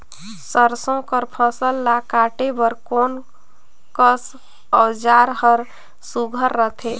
सरसो कर फसल ला काटे बर कोन कस औजार हर सुघ्घर रथे?